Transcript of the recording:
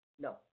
No